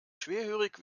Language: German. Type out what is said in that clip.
schwerhörig